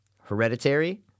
Hereditary